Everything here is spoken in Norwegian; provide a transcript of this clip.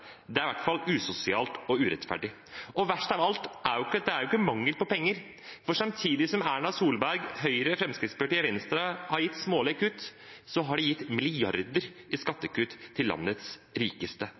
er i hvert fall usosialt og urettferdig. Verst av alt er at det er jo ikke mangel på penger. Samtidig som Erna Solberg, Høyre, Fremskrittspartiet og Venstre har kommet med smålige kutt, har de gitt milliarder i